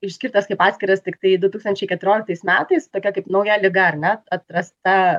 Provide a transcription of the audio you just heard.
išskirtas kaip atskiras tiktai du tūkstančiai keturioliktais metais tokia kaip nauja liga ar ne atrasta